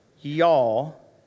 y'all